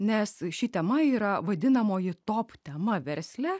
nes ši tema yra vadinamoji topų tema versle